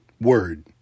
word